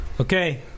Okay